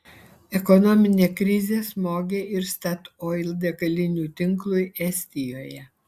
ekonominė krizė smogė ir statoil degalinių tinklui estijoje